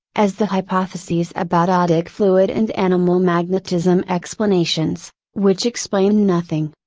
as the hypotheses about odic fluid and animal magnetism explanations, which explained nothing.